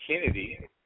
Kennedy